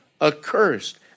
accursed